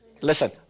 Listen